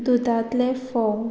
दुदांतलें फोव